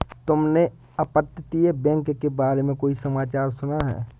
तुमने अपतटीय बैंक के बारे में कोई समाचार सुना है?